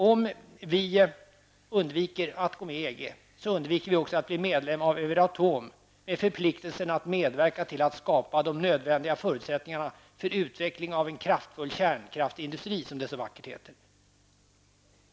Om vi undviker att gå med i EG undviker vi också att bli medlem av Euratom med förpliktelsen att medverka till att skapa de nödvändiga förutsättningarna för utvecklingen av en kraftfull kärnkraftsindustri, som det så vackert heter.